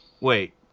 wait